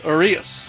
Arias